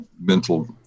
mental